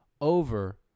over